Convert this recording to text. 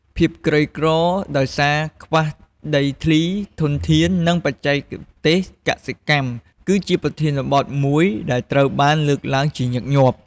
ភាពក្រីក្រ ដោយសារខ្វះដីធ្លី ធនធាន ឬបច្ចេកទេសកសិកម្ម គឺជាប្រធានបទមួយដែលត្រូវបានលើកឡើងញឹកញាប់។